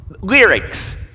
lyrics